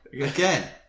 again